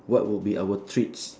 what would be our treats